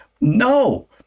No